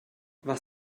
was